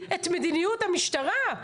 להציג את מדיניות המשטרה.